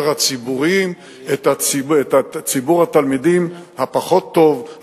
הציבוריים את ציבור התלמידים הפחות טוב,